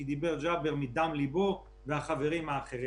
כי דיבר ג'אבר חמוד מדם ליבו וכך גם החברים האחרים,